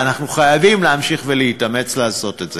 ואנחנו חייבים להמשיך להתאמץ לעשות את זה.